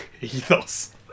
Ethos